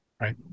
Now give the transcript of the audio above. Right